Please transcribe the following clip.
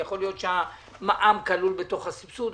ויכול להיות שהמע"מ כלול בתוך הסבסוד,